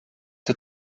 der